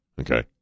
Okay